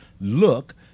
Look